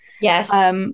Yes